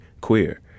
queer